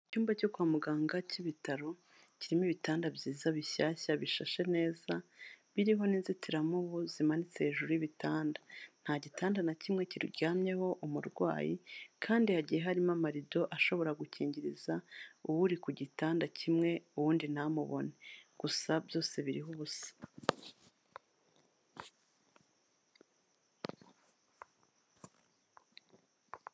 Icyumba cyo kwa muganga cy'ibitaro kirimo ibitanda byiza bishyashya bishashe neza biriho n'inzitiramubu zimanitse hejuru y'ibitanda. Nta gitanda na kimwe kiryamyeho umurwayi kandi hagiye harimo amarido ashobora gukingiriza uwuri ku gitanda kimwe uwundi ntamubone, gusa byose biriho ubusa.